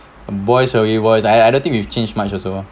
boys will be boys I I don't think we've changed much also